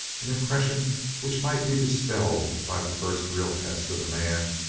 an impression which might be dispelled by the first real test of the man,